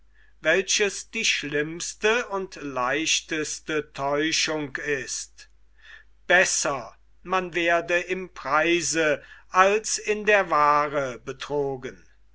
welches die schlimmste und leichteste täuschung ist besser man werde im preise als in der waare betrogen